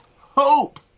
hope